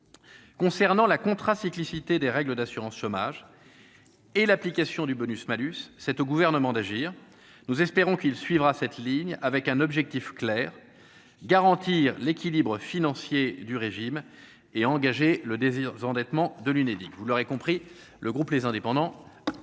concernant la contrat cyclicité des règles d'assurance chômage et l'application du bonus-malus, c'est au gouvernement d'agir, nous espérons qu'il suivra cette ligne avec un objectif clair : garantir l'équilibre financier du régime et engagé le désir d'endettement de l'Unédic, vous l'aurez compris le groupe les indépendants